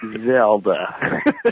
Zelda